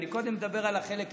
קודם אדבר על החלק הרציני.